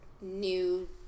new